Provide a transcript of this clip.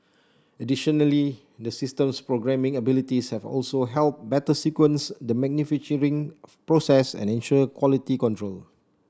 additionally the system's programming abilities have also helped better sequence the manufacturing process and ensure quality control